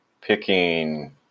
picking